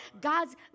God's